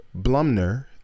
Blumner